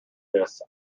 this